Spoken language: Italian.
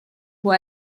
può